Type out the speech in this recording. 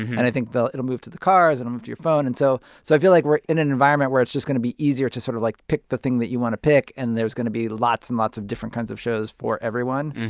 and i think the it'll move to the cars. it'll move to your phone. and so so i feel like we're in an environment where it's just going to be easier to sort of, like, pick the thing that you want to pick, and there's going to be lots and lots of different kinds of shows for everyone.